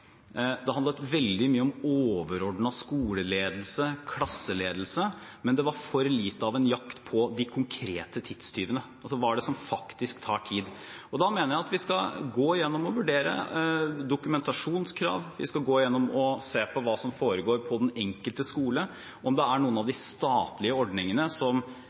det handlet veldig mye om overordnet skoleledelse, klasseledelse, men det var for lite av en jakt på de konkrete tidstyvene, altså: Hva er det som faktisk tar tid? Da mener jeg at vi skal gå igjennom og vurdere dokumentasjonskrav, og vi skal gå igjennom og se på hva som foregår på den enkelte skole – om det er noen av de statlige ordningene som